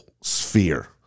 sphere